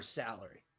salary